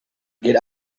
get